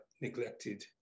neglected